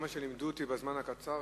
עד כמה שלימדו אותי בזמן הקצר,